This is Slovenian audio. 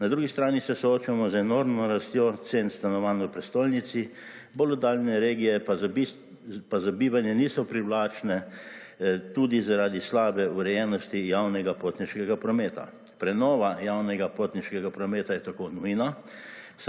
Na drugi strani se soočamo z enormno rastjo cen stanovanj v prestolnici, bolj oddaljene regije pa za bivanje niso privlačne tudi zaradi slabe urejenosti javnega potniškega prometa. Prenova javnega potniškega prometa je tako nujna,